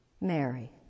Mary